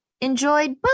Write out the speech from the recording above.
enjoyed